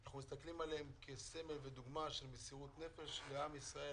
אנחנו מסתכלים עליהם כסמל ודוגמה של מסירות נפש לעם ישראל,